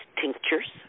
tinctures